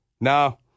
No